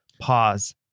Pause